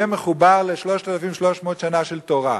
יהיה מחובר ל-3,300 שנה של תורה.